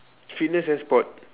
fitness and sport